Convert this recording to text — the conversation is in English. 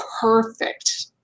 perfect